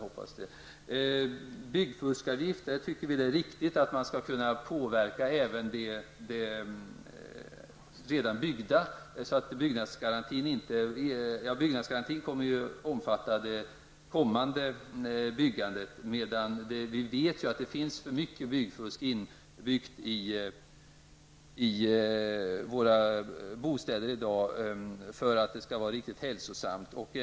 Beträffande byggfuskavgifter tycker vi att det är riktigt att man skall kunna påverka även redan byggda hus. Byggnadsgarantin kommer att omfatta det kommande byggandet. Men vi vet att det finns för mycket byggfusk i våra bostäder i dag för att det skall vara riktigt hälsosamt.